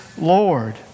Lord